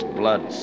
blood